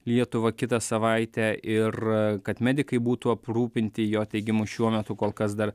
lietuvą kitą savaitę ir kad medikai būtų aprūpinti jo teigimu šiuo metu kol kas dar